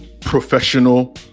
professional